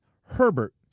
Herbert